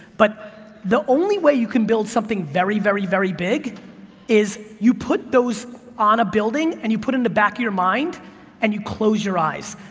but the only way you can build something very, very, very big is you put those on a building and you put in the back of your mind and you close your eyes.